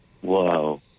whoa